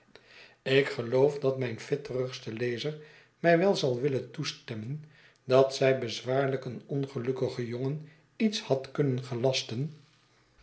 ik geloof dat mijn vitterigste lezer mij wel zal willen toestemmen dat zij bezwaarlijk een ongelukkigen jongen iets had kunnen gelasten